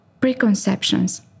preconceptions